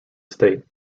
state